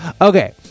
okay